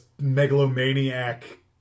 megalomaniac